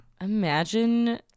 Imagine